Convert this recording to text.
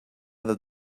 other